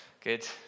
good